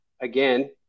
again